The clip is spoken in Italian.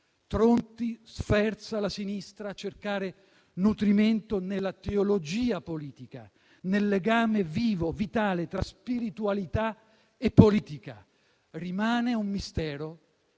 Tronti sferza la sinistra a cercare nutrimento nella teologia politica, nel legame vivo, vitale, tra spiritualità e politica. «Rimane un mistero»